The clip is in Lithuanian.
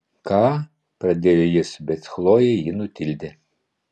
ką pradėjo jis bet chlojė jį nutildė